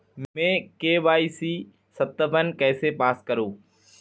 मैं के.वाई.सी सत्यापन कैसे पास करूँ?